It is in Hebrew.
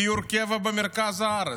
דיור קבע במרכז הארץ.